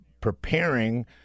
preparing